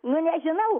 nu nežinau